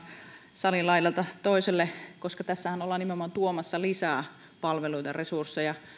salin laidalta toiselle koska tässähän ollaan nimenomaan tuomassa lisää palveluiden resursseja